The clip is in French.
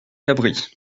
cabris